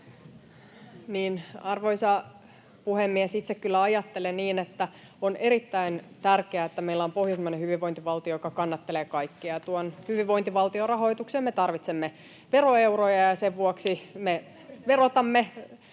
arvoisa puhemies, itse kyllä ajattelen, että on erittäin tärkeää, että meillä on pohjoismainen hyvinvointivaltio, joka kannattelee kaikkia ja tuon hyvinvointivaltion rahoitukseen me tarvitsemme veroeuroja, ja sen vuoksi me verotamme